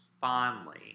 fondly